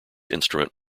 instrument